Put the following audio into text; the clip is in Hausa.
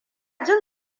jin